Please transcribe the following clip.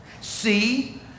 See